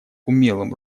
умелым